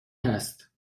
هست